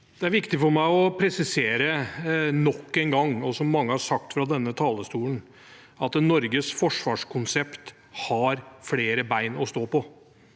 Det er viktig for meg å presisere nok en gang, som mange har sagt fra denne talerstolen, at Norges forsvarskonsept har flere bein å stå på.